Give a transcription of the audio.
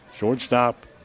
Shortstop